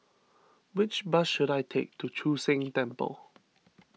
which bus should I take to Chu Sheng Temple